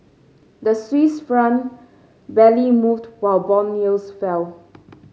the Swiss Franc barely moved while bond yields fell